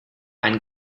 ein